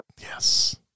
yes